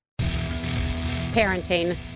Parenting